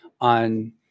on